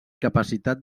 capacitat